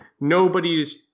nobody's